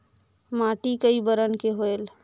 माटी कई बरन के होयल?